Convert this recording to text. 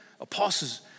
Apostles